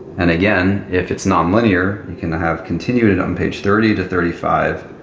and, again, if it's non-linear, you can have continued it on page thirty to thirty five,